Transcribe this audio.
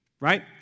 right